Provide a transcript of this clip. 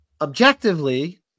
objectively